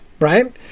right